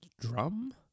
drum